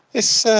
it's, ah,